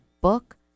book